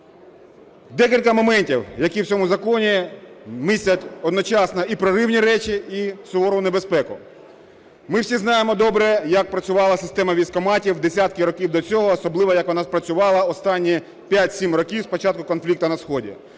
Декілька моментів, які в цьому законі містять одночасно і потрібні речі, і сувору небезпеку. Ми всі знаємо добре, як працювала система військкоматів десятки років до цього, особливо, як вона працювала останні 5-7 років з початку конфлікту на сході.